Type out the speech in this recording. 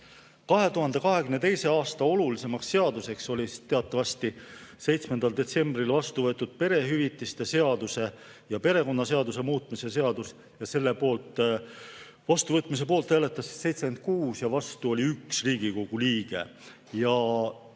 2022. aasta olulisimaks seaduseks oli teatavasti 7. detsembril vastu võetud perehüvitiste seaduse ja perekonnaseaduse muutmise seadus. Selle vastuvõtmise poolt hääletas 76 Riigikogu liiget ja